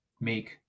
make